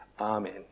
Amen